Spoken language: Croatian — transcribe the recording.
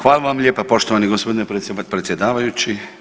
Hvala vam lijepa poštovani gospodine predsjedavajući.